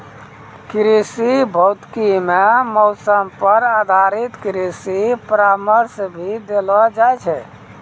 कृषि भौतिकी मॅ मौसम पर आधारित कृषि परामर्श भी देलो जाय छै